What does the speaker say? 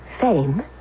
Fame